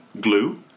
glue